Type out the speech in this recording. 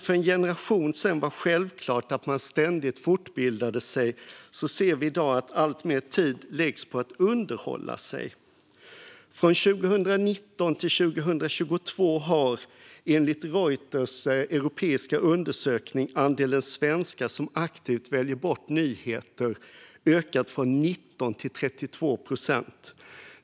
För en generation sedan var det självklart att man ständigt fortbildade sig, men i dag ser vi att alltmer tid läggs på att underhålla sig. Från 2019 till 2022 har enligt Reuters europeiska undersökning andelen svenskar som aktivt väljer bort nyheter ökat från 19 till 32 procent.